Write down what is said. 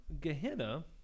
Gehenna